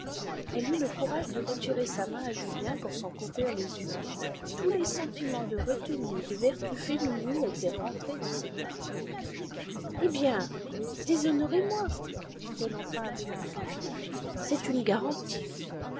elle eut le courage de retirer sa main à julien pour s'en couvrir les yeux tous les sentiments de retenue et de vertu féminine étaient rentrés dans cette âme eh bien déshonorez moi dit-elle enfin avec un soupir c'est une garantie